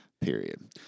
period